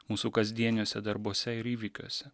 mūsų kasdieniuose darbuose ir įvykiuose